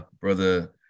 Brother